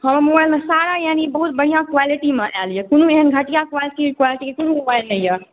हमर मोबाइलमे सारा यानि बहुत बढ़िऑं क्वालिटीमे आएल यऽ कोनो एहन घटिआ क्वालिटीके कोनो मोबाइल नहि यऽ